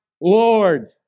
Lord